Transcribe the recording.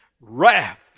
wrath